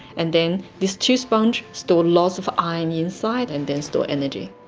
and then these two sponges store lots of ions inside and then store energy.